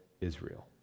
Israel